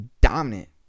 dominant